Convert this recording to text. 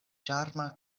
ĉarma